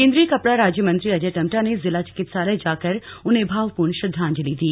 केन्द्रीय कपड़ा राज्य मंत्री अजय टम्टा ने जिला चिकित्सालय जाकर उन्हें भावपूर्ण श्रद्वांजलि दी